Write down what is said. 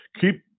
keep